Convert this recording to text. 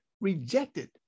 rejected